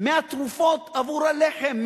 מהתרופות עבור הלחם,